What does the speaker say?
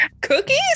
Cookies